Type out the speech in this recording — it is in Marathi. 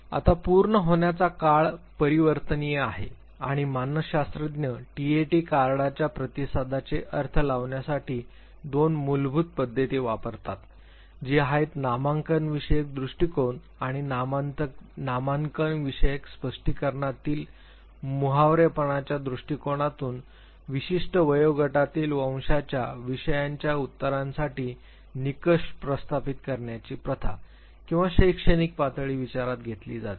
आता पूर्ण होण्याचा काळ परिवर्तनीय आहे आणि मानसशास्त्रज्ञ टीएटी कार्डाच्या प्रतिसादाचे अर्थ लावण्यासाठी दोन मूलभूत पध्दती वापरतात जी आहेत नामांकन विषयक दृष्टिकोन आणि नामांकन विषयक स्पष्टीकरणातील मुहावरेपणाच्या दृष्टीकोनातून विशिष्ट वयोगटातील वंशांच्या विषयांच्या उत्तरांसाठी निकष स्थापित करण्याची प्रथा किंवा शैक्षणिक पातळी विचारात घेतली जाते